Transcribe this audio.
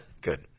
Good